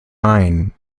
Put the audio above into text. mine